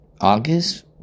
August